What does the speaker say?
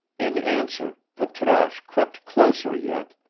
in answer, patrasche crept closer yet,